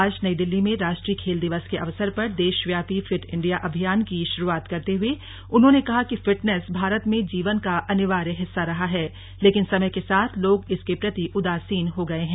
आज नई दिल्ली में राष्ट्रीय खेल दिवस के अवसर पर देशव्यापी फिट इंडिया अभियान की शुरूआत करते हुए उन्होंने कहा कि फिटनेस भारत में जीवन का अनिवार्य हिस्सा रहा है लेकिन समय के साथ लोग इसके प्रति उदासीन हो गये हैं